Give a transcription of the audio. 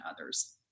others